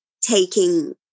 taking